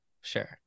sure